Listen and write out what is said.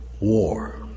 war